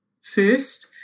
first